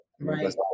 Right